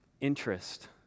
Interest